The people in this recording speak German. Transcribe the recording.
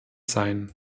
sein